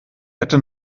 hätte